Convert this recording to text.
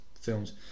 films